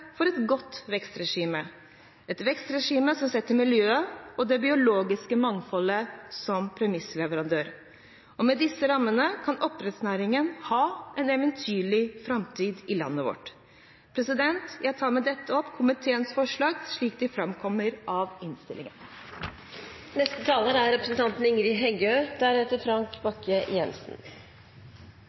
for et godt vekstregime – et vekstregime som setter miljøet og det biologiske mangfoldet som premissleverandør. Med disse rammene kan oppdrettsnæringen ha en eventyrlig framtid i landet vårt. Jeg anbefaler med dette komiteens innstilling. Aller først ein takk til saksordføraren for eit godt og beskrivande innlegg. Dei aller fleste av